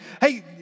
Hey